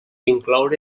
incloure